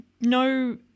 no